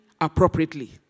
appropriately